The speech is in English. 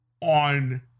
on